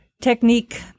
technique